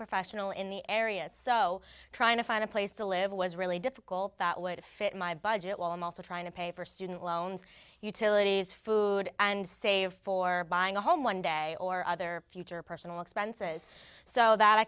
professional in the area so trying to find a place to live was really difficult that way to fit my budget while i'm also trying to pay for student loans utilities food and save for buying a home one day or other future personal expenses so that i